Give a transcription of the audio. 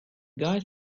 guy